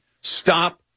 Stop